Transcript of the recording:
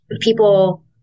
people